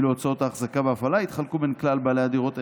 ואילו הוצאות האחזקה וההפעלה יתחלקו בין כלל בעלי הדירות,